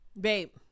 Babe